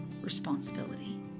responsibility